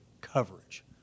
coverage